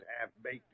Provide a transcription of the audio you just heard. half-baked